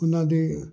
ਉਹਨਾਂ ਦੇ